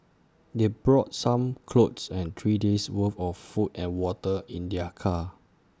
they brought some clothes and three days' worth of food and water in their car